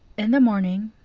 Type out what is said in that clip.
in the morning,